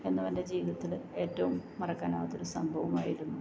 എന്നുമെന്റെ ജീവിതത്തില് ഏറ്റവും മറക്കാനാവാത്തൊരു സംഭവമായിരുന്നു